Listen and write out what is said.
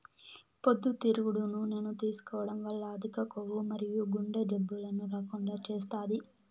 పొద్దుతిరుగుడు నూనెను తీసుకోవడం వల్ల అధిక కొవ్వు మరియు గుండె జబ్బులను రాకుండా చేస్తాది